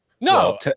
No